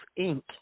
Inc